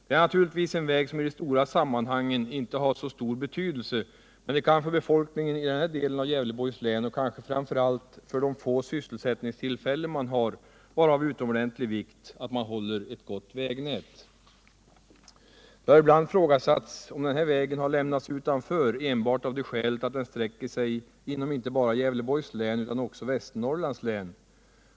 Det är naturligtvis en väg som i de stora sammanhangen inte har så stor betydelse, men det kan för befolkningen i den här delen av Gävleborgs län, och kanske framför allt med tanke på de få sysselsättningstillfällen man har, vara av utomordentlig vikt att ett gott vägnät upprätthålls. Det har ibland ifrågasatts om den här vägen har lämnats utanför enbart av det skälet att den sträcker sig inte bara inom Gälveborgs län utan också inom Västernorrlands län.